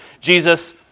Jesus